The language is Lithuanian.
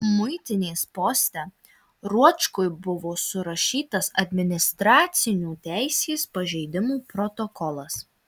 muitinės poste ruočkui buvo surašytas administracinių teisės pažeidimų protokolas